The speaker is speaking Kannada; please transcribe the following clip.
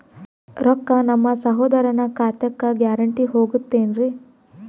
ರೊಕ್ಕ ನಮ್ಮಸಹೋದರನ ಖಾತಕ್ಕ ಗ್ಯಾರಂಟಿ ಹೊಗುತೇನ್ರಿ?